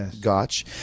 gotch